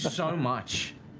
so much.